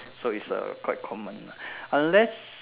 so is a quite common lah unless